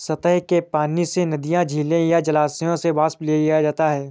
सतह के पानी से नदियों झीलों या जलाशयों से वापस ले लिया जाता है